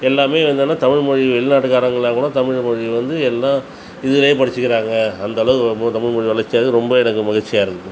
எல்லாமே வந்து ஆனால் தமிழ் மொழி வெளிநாட்டுகாரங்களா கூட தமிழ் மொழியை வந்து எல்லாம் இதுலே படிச்சுக்கிறாங்க அந்தளவுக்கு நம்ம தமிழ் மொழி வளர்ச்சியாருக்கு ரொம்ப எனக்கு மகிழ்ச்சியாருக்குது